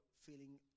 feeling